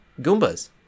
Goombas